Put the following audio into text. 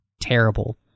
terrible